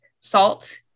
salt